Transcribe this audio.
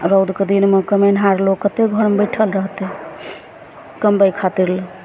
आ रौदके दिनमे कमेनिहार लोग कतेक घरमे बैठल रहतै कमबै खातिर लए